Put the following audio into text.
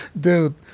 dude